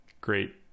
Great